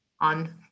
on